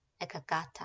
Ekagata